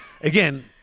again